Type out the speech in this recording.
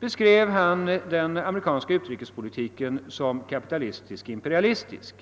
beskrev han den amerikanska utrikespolitiken som »kapitalistisk-imperialistisk».